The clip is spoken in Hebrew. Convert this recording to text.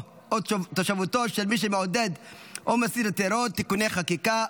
או תושבותו של מי שמעודד או מסית לטרור (תיקוני חקיקה),